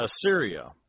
Assyria